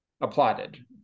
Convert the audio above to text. applauded